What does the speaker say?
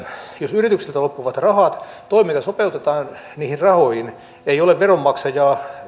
jos yritykseltä loppuvat rahat toiminta sopeutetaan niihin rahoihin ei ole veronmaksajaa